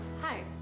Hi